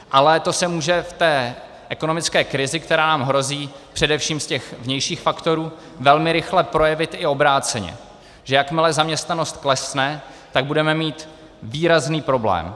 Ale to se může v ekonomické krizi, která nám hrozí především z vnějších faktorů, velmi rychle projevit i obráceně, že jakmile zaměstnanost klesne, budeme mít výrazný problém.